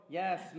yes